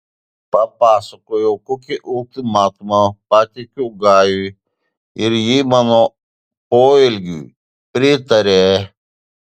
papasakojau kokį ultimatumą pateikiau gajui ir ji mano poelgiui pritarė